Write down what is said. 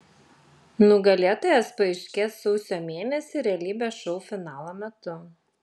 nugalėtojas paaiškės sausio mėnesį realybės šou finalo metu